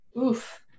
Oof